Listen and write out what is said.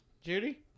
Judy